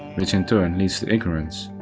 which in turn leads to ignorance,